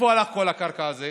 לאיפה הלכה כל הקרקע הזה?